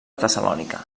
tessalònica